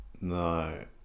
No